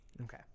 Okay